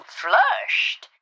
flushed